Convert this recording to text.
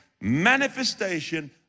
manifestation